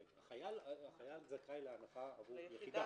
החייל זכאי להנחה עבור יחידה.